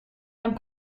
ein